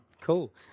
Cool